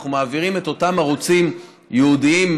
אנחנו מעבירים את אותם ערוצים ייעודיים,